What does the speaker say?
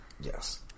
Yes